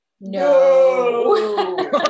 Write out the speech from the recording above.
No